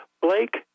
Blake